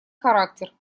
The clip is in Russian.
характер